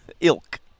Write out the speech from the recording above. Ilk